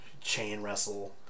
chain-wrestle